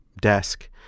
desk